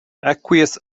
aqueous